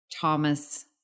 Thomas